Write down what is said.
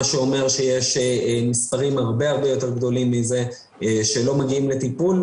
מה שאומר שיש מספרים הרבה יותר גדולים מזה שלא מגיעים לטיפול.